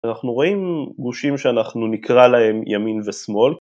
אנחנו רואים גושים שאנחנו נקרא להם ימין ושמאל